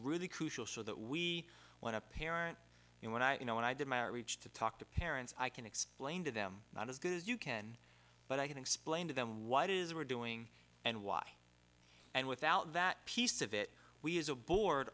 really crucial so that we when a parent when i you know when i did my reach to talk to parents i can explain to them not as good as you can but i can explain to them why it is we're doing and why and without that piece of it we as a board